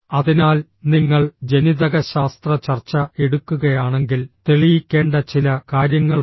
അതിനാൽ നിങ്ങൾ ജനിതകശാസ്ത്ര ചർച്ച എടുക്കുകയാണെങ്കിൽ തെളിയിക്കേണ്ട ചില കാര്യങ്ങളുണ്ട്